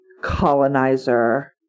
colonizer